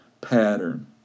pattern